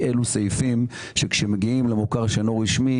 אילו סעיפים שכאשר מגיעים למוכר שאינו רשמי,